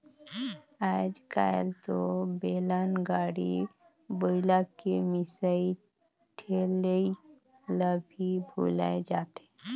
आयज कायल तो बेलन, गाड़ी, बइला के मिसई ठेलई ल भी भूलाये जाथे